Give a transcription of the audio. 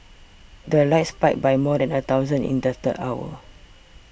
the 'likes' spiked by more than a thousand in the third hour